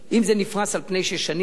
אם זה נפרס על פני שש שנים,